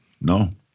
No